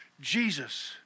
jesus